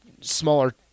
smaller